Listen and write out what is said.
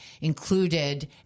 included